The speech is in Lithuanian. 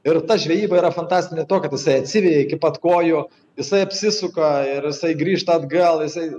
ir ta žvejyba yra fantastinė tuo kad jisai atsiveja iki pat kojų jisai apsisuka ir jisai grįžta atgal jisai